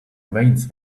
veins